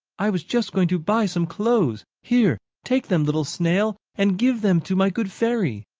i was just going to buy some clothes. here, take them, little snail, and give them to my good fairy.